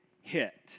hit